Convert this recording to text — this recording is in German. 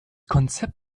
konzept